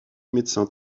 médecins